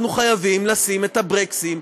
אנחנו חייבים לשים את הברקסים,